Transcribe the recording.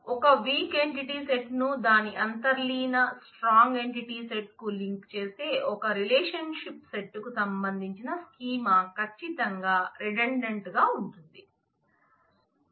ఒక weak entity set ను దాని అంతర్లీన స్ట్రాంగ్ ఎంటిటీ సెట్ కు లింక్ చేసే ఒక రిలేషన్షిప్ సెట్ కు సంబంధించిన స్కీమా ఖచ్చితంగా రిడండెంట్ గా ఉంటుంది దీనిని మనం ఇప్పటికే చూశాం